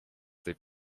tej